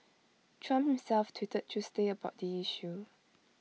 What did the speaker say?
Trump himself tweeted Tuesday about the issue